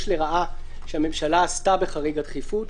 לרעה שהממשלה עשתה בחריג הדחיפות.